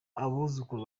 abuzukuru